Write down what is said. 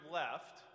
left